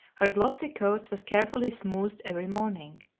her glossy coat was carefully smoothed every morning.